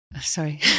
sorry